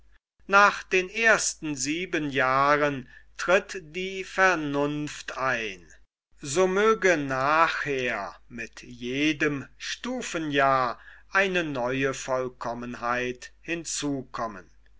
nach den ersten sieben jahren tritt die vernunft ein so möge nachher mit jedem stufenjahr eine neue vollkommenheit hinzukommen